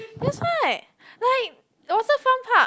that's why like waterfront park